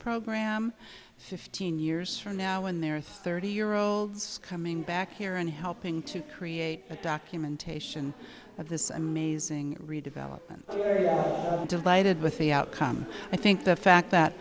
program fifteen years from now when there are thirty year olds coming back here and helping to create the documentation of this amazing redevelopment delighted with the outcome i think the fact that